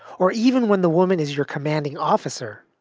or even when the woman is your commanding officer.